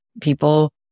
people